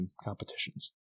competitions